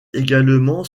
également